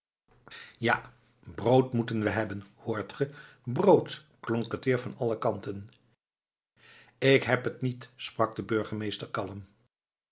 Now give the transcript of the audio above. ja brood moeten we hebben hoort ge brood klonk het weer van alle kanten ik heb het niet sprak de burgemeester kalm